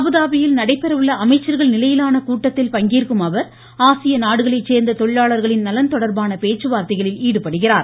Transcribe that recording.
அபுதாபியில் நடைபெற உள்ள அமைச்சர்கள் நிலையிலான கூட்டத்தில் பங்கேற்கும் அவர் ஆசிய நாடுகளைச் சேர்ந்த தொழிலாளர்களின் நலன் தொடர்பான பேச்சு வார்த்தைகளில் ஈடுபடுகிறார்